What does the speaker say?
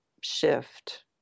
shift